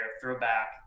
throwback